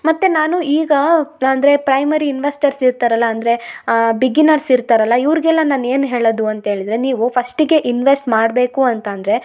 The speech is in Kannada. ಮತ್ತು ನಾನು ಈಗ ಪ್ ಅಂದರೆ ಪ್ರೈಮರಿ ಇನ್ವೆಸ್ಟರ್ಸ್ ಇರ್ತರಲ್ಲಾ ಅಂದರೆ ಬಿಗಿನರ್ಸ್ ಇರ್ತರಲ್ಲಾ ಇವ್ರ್ಗೆಲ್ಲ ನಾನು ಏನು ಹೇಳದು ಅಂತೇಳಿದರೆ ನೀವು ಫಸ್ಟಿಗೆ ಇನ್ವೆಸ್ಟ್ ಮಾಡಬೇಕು ಅಂತ ಅಂದರೆ